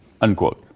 unquote